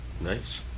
Nice